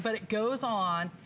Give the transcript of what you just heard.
but it goes on.